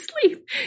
sleep